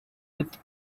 with